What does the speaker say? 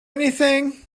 anything